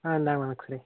ஆ இந்தாங்க ma'am x ray